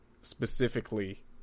specifically